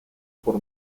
por